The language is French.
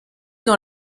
dans